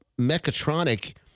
mechatronic